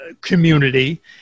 community